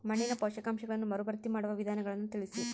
ಮಣ್ಣಿನ ಪೋಷಕಾಂಶಗಳನ್ನು ಮರುಭರ್ತಿ ಮಾಡುವ ವಿಧಾನಗಳನ್ನು ತಿಳಿಸಿ?